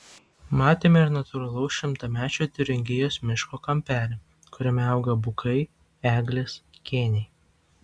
matėme ir natūralaus šimtamečio tiuringijos miško kampelį kuriame auga bukai eglės kėniai